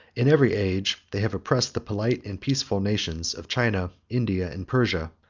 in every age they have oppressed the polite and peaceful nations of china, india, and persia,